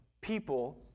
people